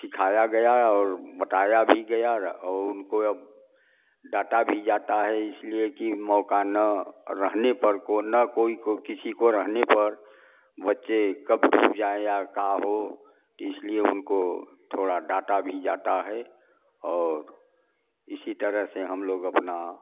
सिखाया गया और बताया भी गया और उनको अब डाँटा भी जाता है इसलिए कि मौका न रहने पर कोई न कोई को किसी रहने पर बच्चे कब डूब जाए या का हो इसलिए उनको थोड़ा डाँटा भी जाता है और इसी तरह से हम लोग अपना